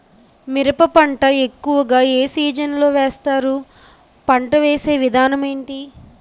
మిరప పంట ఎక్కువుగా ఏ సీజన్ లో వేస్తారు? పంట వేసే విధానం ఎంటి?